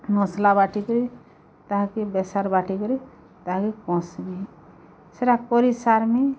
ମସଲା ବାଟିକିରି ତାହାକେ ବେସର୍ ବାଟିକରି ତାହାକେ କସ୍ମି ସେଟା କରି ସାର୍ମି